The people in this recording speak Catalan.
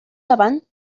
avant